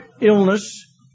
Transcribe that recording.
illness